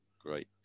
great